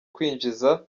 kwinjiza